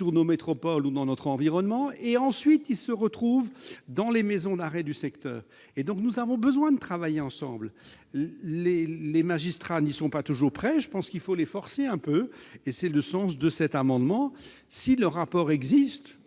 dans nos métropoles ou dans notre environnement, puis ils se retrouvent dans les maisons d'arrêt du secteur. Nous avons donc besoin de travailler ensemble. Les magistrats n'y sont pas toujours prêts, et je pense qu'il faut les y forcer un peu. Tel est le sens de cet amendement ; si ce rapport existe